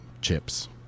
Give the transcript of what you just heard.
chips